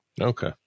Okay